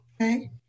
okay